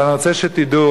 אבל אני רוצה שתדעו,